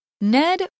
Ned